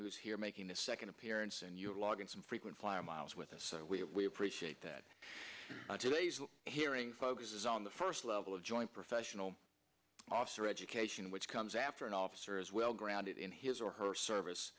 is here making a second appearance and you're logging some frequent flyer miles with us we appreciate that today's hearing focuses on the first level of joint professional officer education which comes after an officer is well grounded in his or her service